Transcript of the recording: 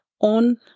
On